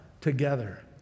together